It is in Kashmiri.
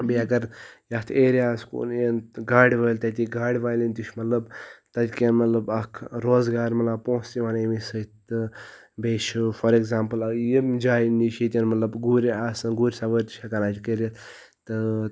بیٚیہِ اگر یَتھ ایریاہَس کُن یِن تہٕ گاڑِ وٲلۍ تٔتی گاڑِ والٮ۪ن تہِ چھُ مطلب تَتہِ کٮ۪ن مطلب اَکھ روزگار مِلان پونٛسہٕ یِوان ییٚمی سۭتۍ تہٕ بیٚیہِ چھُ فار اٮ۪کزامپٕل اگر ییٚمہِ جایہِ نِش ییٚتٮ۪ن مطلب گُرۍ آسن گُرۍ سوٲر چھِ ہٮ۪کان اَجہِ کٔرِتھ تہٕ